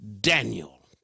Daniel